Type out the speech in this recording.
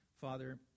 Father